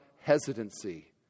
hesitancy